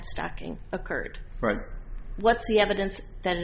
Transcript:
stacking occurred but what's the evidence that